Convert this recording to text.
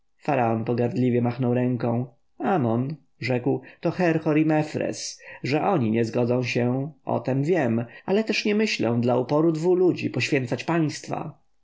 faraon pogardliwie machnął ręką amon rzekł to herhor i mefres że oni nie zgodzą się o tem wiem ale też nie myślę dla uporu dwu ludzi poświęcać państwa